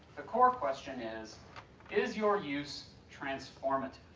the core question is is your use transformative?